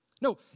No